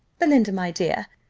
belinda, my dear,